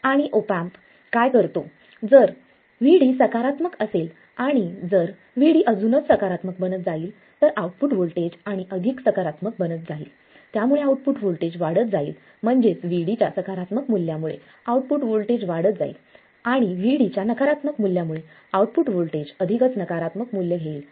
आणि op amp काय करतो जर Vd सकारात्मक असेल आणि जर Vd अजूनच सकारात्मक बनत जाईल तर आउटपुट व्होल्टेज आणि अधिक सकारात्मक बनत जाईल यामुळे आउटपुट होल्टेज वाढत जाईल म्हणजेच Vd च्या सकारात्मक मूल्यामुळे आउटपुट वोल्टेज वाढत जातील आणि Vd च्या नकारात्मक मूल्यामुळे आउटपुट वोल्टेज अधिकच नकारात्मक मूल्य घेईल